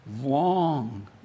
Long